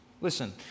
Listen